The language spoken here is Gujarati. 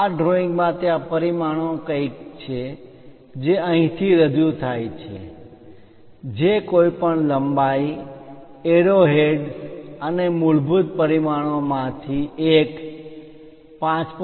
આ ડ્રોઇંગ માં ત્યાં પરિમાણો કંઈક છે જે અહીંથી રજૂ થાય છે જે કોઈપણ લંબાઈ એરોહેડ્સ અને મૂળભૂત પરિમાણો માંથી એક 5